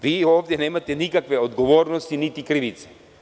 Vi ovde nemate nikakve odgovornosti niti krivice.